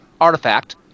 artifact